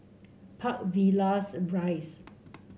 Park Villas Rise